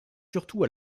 surtout